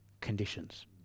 conditions